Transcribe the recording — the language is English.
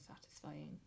satisfying